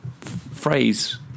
phrase